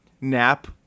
nap